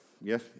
Yes